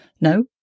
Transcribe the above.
No